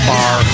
Bar